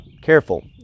careful